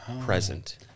present